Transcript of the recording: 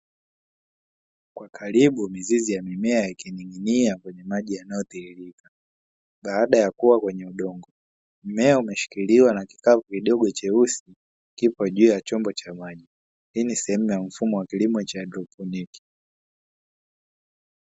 Kwa karibu mizizi ya mimea ikining'inia kwenye maji yanayo tiririka baada ya kuwa kwene udongo, mmea aumeshikiliwa na kikapu kidogo cheusi kipo juu ya chombo cha maji, hii ni sehemu ya mfumo wa kilimo cha haidroponiki